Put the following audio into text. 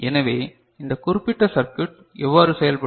எனவே இந்த குறிப்பிட்ட சர்க்யூட் எவ்வாறு செயல்படும்